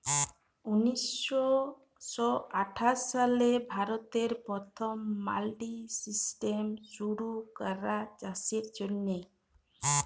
উনিশ শ আঠাশ সালে ভারতে পথম মাল্ডি সিস্টেম শুরু ক্যরা চাষের জ্যনহে